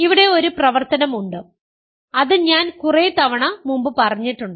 ഇവിടെ ഒരു പ്രവർത്തനം ഉണ്ട് അത് ഞാൻ കുറെ തവണ മുമ്പ് പറഞ്ഞിട്ടുണ്ട്